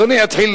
אדוני יתחיל,